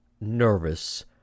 nervous